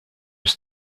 his